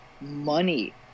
money